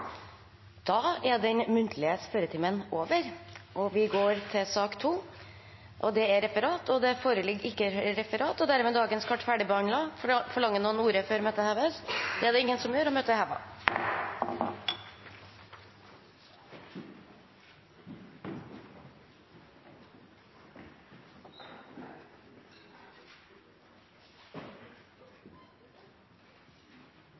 Da er den muntlige spørretimen over. Det foreligger ikke noe referat. Dermed er dagens kart ferdigbehandlet. Forlanger noen ordet før møtet heves? Det har ingen gjort, og møtet er